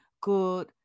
good